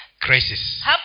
crisis